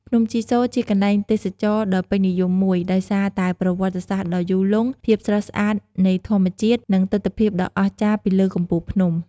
ភ្នំជីសូរជាកន្លែងទេសចរណ៍ដ៏ពេញនិយមមួយ ដោយសារតែប្រវត្តិសាស្ត្រដ៏យូរលង់ ភាពស្រស់ស្អាតនៃធម្មជាតិ និងទិដ្ឋភាពដ៏អស្ចារ្យពីលើកំពូលភ្នំ។